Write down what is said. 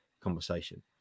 conversation